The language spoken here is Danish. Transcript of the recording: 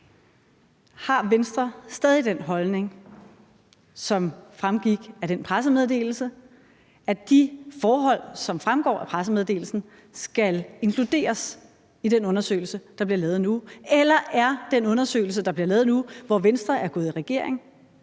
Har Venstre stadig den holdning, at de forhold, som fremgik af pressemeddelelsen, skal inkluderes i den undersøgelse, der bliver lavet nu? Eller er den undersøgelse, der bliver lavet nu, hvor Venstre er gået i regering,